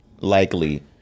likely